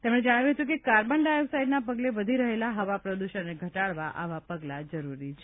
તેમણે જણાવ્યું હતું કે કાર્બન ડાયોક્સાઇડના પગલે વધી રહેલા હવા પ્રદૂષણને ઘટાડવા આવા પગલા જરૂરી છે